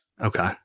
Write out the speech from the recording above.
Okay